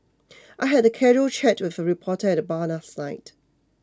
I had a casual chat with a reporter at the bar last night